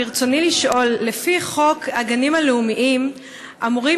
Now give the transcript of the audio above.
ברצוני לשאול: לפי חוק הגנים הלאומיים אמורים